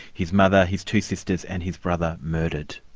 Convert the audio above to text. his mother, his two sisters and his brother murdered.